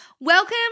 Welcome